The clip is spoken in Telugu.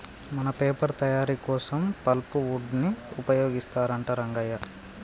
మన పేపర్ తయారీ కోసం పల్ప్ వుడ్ ని ఉపయోగిస్తారంట రంగయ్య